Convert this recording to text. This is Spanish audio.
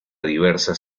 diversas